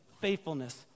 Faithfulness